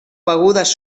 begudes